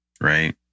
Right